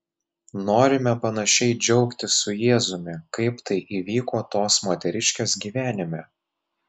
norime panašiai džiaugtis su jėzumi kaip tai įvyko tos moteriškės gyvenime